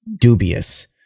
dubious